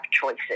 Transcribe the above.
choices